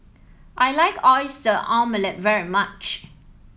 I like Oyster Omelette very much